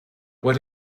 what